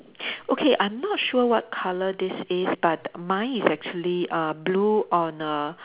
okay I'm not sure what colour this is but mine is actually err blue on a